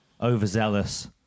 overzealous